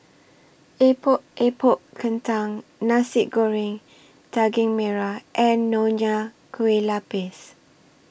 Epok Epok Kentang Nasi Goreng Daging Merah and Nonya Kueh Lapis